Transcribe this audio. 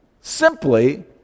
simply